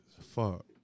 fuck